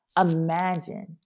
Imagine